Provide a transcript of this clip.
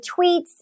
tweets